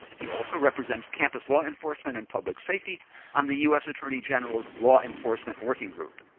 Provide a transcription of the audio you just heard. he also represents campus law enforcement and public safety on the us attorney general's law enforcement working group.